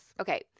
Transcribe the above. Okay